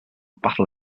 battle